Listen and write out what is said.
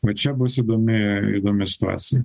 va čia bus įdomi įdomi situacija